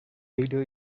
later